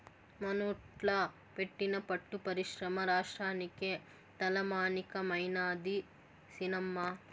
మనోట్ల పెట్టిన పట్టు పరిశ్రమ రాష్ట్రానికే తలమానికమైనాది సినమ్మా